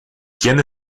quién